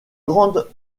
grande